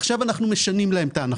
עכשיו אנחנו משנים להם את ההנחות.